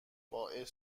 باعث